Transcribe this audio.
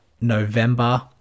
November